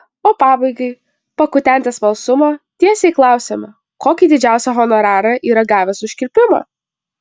na o pabaigai pakutenti smalsumo tiesiai klausiame kokį didžiausią honorarą yra gavęs už kirpimą